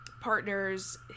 partners